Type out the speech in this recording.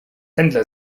händler